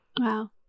wow